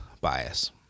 bias